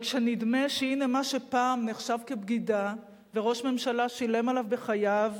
אבל כשנדמה שהנה מה שפעם נחשב כבגידה וראש ממשלה שילם עליו בחייו